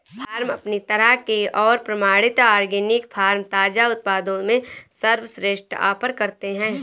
farm अपनी तरह के और प्रमाणित ऑर्गेनिक फ़ार्म ताज़ा उत्पादों में सर्वश्रेष्ठ ऑफ़र करते है